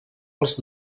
als